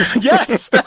Yes